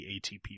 ATP